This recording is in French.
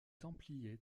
templiers